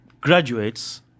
graduates